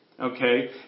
okay